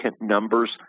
numbers